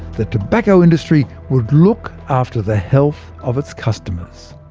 the tobacco industry would look after the health of its customers.